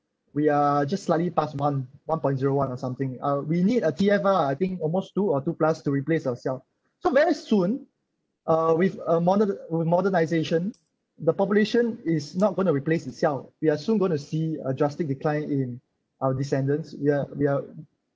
we are just slightly past one one point zero one or something uh we need a T_F_R I think almost two or two plus to replace ourself so very soon uh with uh moderni~ modernisation the population is not going to replace itself we are soon going to see a drastic decline in our descendants we are we are